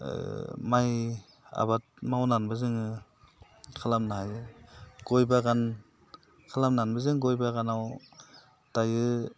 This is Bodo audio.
माइ आबाद मावनानैबो जों खालामनो हायो गय बागान खालामनानैबो जों गय बागानाव दायो